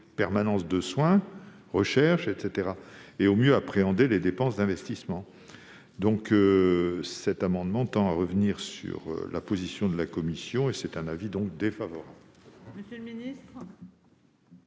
permanence de soins, recherche, etc. et mieux appréhender les dépenses d'investissement. Dans la mesure où cet amendement tend à revenir sur la position de la commission, celle-ci émet un avis défavorable.